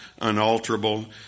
unalterable